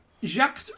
Jacques